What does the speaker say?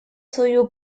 свою